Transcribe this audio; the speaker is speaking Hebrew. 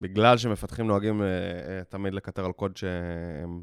בגלל שמפתחים נוהגים תמיד לקטר על קוד שהם...